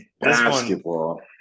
basketball